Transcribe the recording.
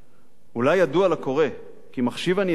"אולי ידוע לקורא כי מחשיב אני את האשה על